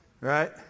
right